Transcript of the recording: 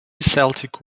celtic